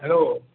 hello